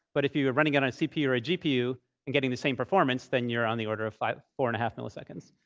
but if you were running on on a cpu or a gpu and getting the same performance, then you're on the order of four and a half milliseconds.